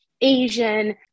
Asian